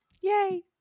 yay